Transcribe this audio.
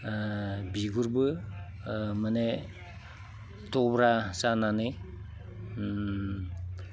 बिगुरबो माने दब्रा जानानै